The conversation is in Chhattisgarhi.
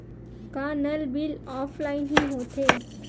का नल बिल ऑफलाइन हि होथे?